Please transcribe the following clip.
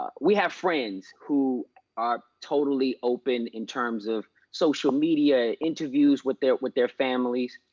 ah we have friends who are totally open in terms of social media interviews with their with their families.